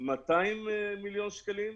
200 מיליון שקלים,